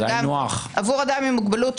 עבור אדם עם מוגבלות,